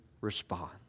respond